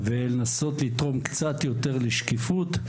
ולנסות לתרום קצת יותר לשקיפות,